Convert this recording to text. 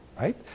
right